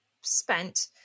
spent